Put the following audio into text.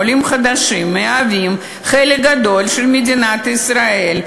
עולים חדשים הם חלק גדול ממדינת ישראל,